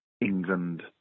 England